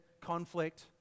conflict